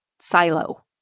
silo